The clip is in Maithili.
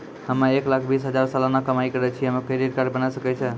हम्मय एक लाख बीस हजार सलाना कमाई करे छियै, हमरो क्रेडिट कार्ड बने सकय छै?